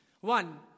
One